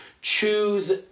choose